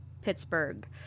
Pittsburgh